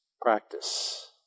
practice